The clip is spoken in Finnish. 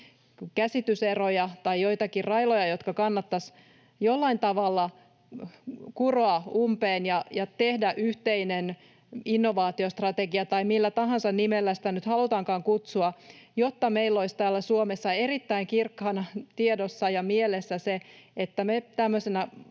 käsityseroja tai joitakin railoja, jotka kannattaisi jollain tavalla kuroa umpeen ja tehdä yhteinen innovaatiostrategia, tai millä tahansa nimellä sitä nyt halutaankaan kutsua, jotta meillä olisi täällä Suomessa erittäin kirkkaana tiedossa ja mielessä se, että me tämmöisenä